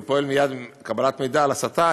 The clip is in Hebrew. ופועל מייד עם קבלת מידע על הסתה,